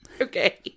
Okay